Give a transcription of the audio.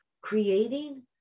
creating